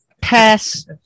Pass